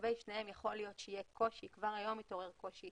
לגבי שניהם יכול להיות שיהיה קושי - כבר היום מתעורר קושי